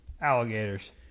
Alligators